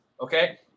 Okay